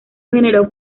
generó